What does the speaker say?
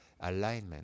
alignment